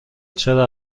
چرا